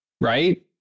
Right